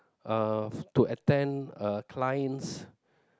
uh to attend a client's